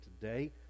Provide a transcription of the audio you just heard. today